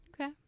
Okay